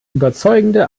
überzeugende